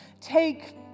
Take